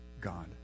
God